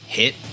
hit